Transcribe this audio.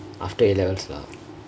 after A levels lah